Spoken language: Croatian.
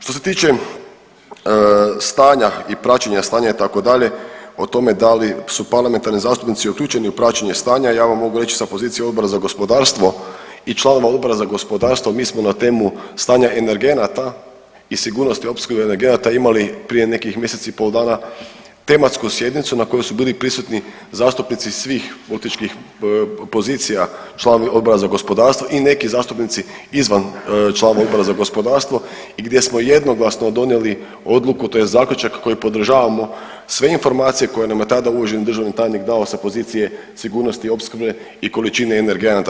Što se tiče stanja i praćenja stanja itd. o tome da li su parlamentarni zastupnici uključeni u praćenja stanja ja vam mogu reći sa pozicije Odbora za gospodarstvo i članova uprave za gospodarstvo mi smo na temu stanja energenata i sigurnosti opskrbe energenata imali prije nekih mjesec i pol dana tematsku sjednicu na kojoj su bili prisuti zastupnici svih političkih pozicija članovi Odbora za gospodarstvo i neki zastupnici izvan članova Odbora za gospodarstvo i gdje smo jednoglasno donijeli odluku tj. zaključak kojim podržavamo sve informacije koje nam je tada uvaženi državni tajnik dao sa pozicije sigurnosti opskrbe i količine energenata.